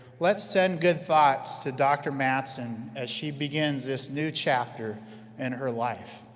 let's send good thoughts to dr. matson as she begins this new chapter in her life.